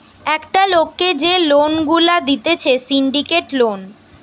একটা লোককে যে লোন গুলা দিতেছে সিন্ডিকেট লোন